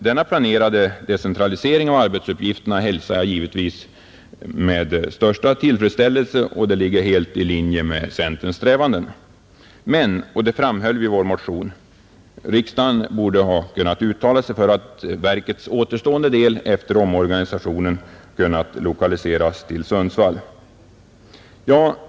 Denna planerade decentralisering av arbetsuppgifterna hälsar jag givetvis med största tillfredsställelse och den ligger helt i linje med centerns strävanden, Men — och det framhöll vi i vår motion — riksdagen borde kunna uttala sig för att verkets efter omorganisationen återstående del lokaliserades till Sundsvall.